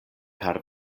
per